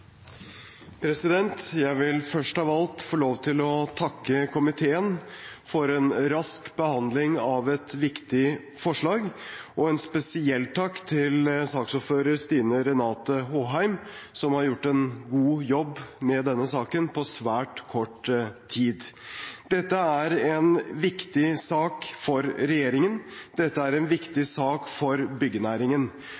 Jeg vil først av alt få lov til å takke komiteen for en rask behandling av et viktig forslag, og en spesiell takk til saksordføreren, Stine Renate Håheim, som har gjort en god jobb med denne saken på svært kort tid. Dette er en viktig sak for regjeringen. Dette er en viktig sak for byggenæringen.